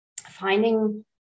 finding